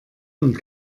und